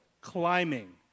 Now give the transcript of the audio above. climbing